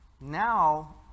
Now